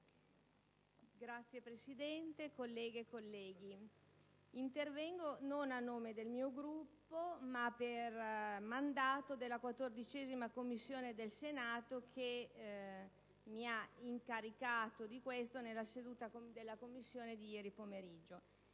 Signor Presidente, colleghe e colleghi, intervengo non a nome del mio Gruppo ma per mandato dalla 14a Commissione del Senato, la quale mi ha incaricato di questo nella seduta della Commissione di ieri pomeriggio.